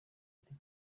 ati